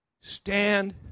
Stand